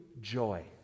joy